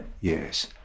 yes